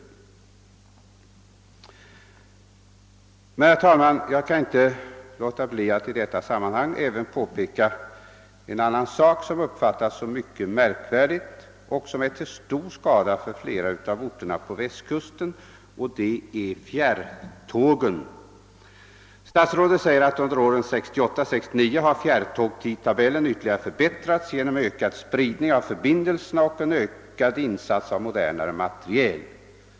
I detta sammanhang kan jag inte underlåta att peka på ett förhållande, som jag uppfattar som mycket märkvärdigt och som är till stor skada för flera av orterna på Västkusten; det gäller fjärrtågen. Statsrådet säger att under »åren 1968 och 1969 har fjärrtågtidtabellen ytterligare förbättrats genom ökad spridning av förbindelserna och ökad insats av modernare materiel».